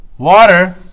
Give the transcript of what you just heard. water